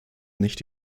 nicht